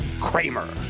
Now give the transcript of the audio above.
Kramer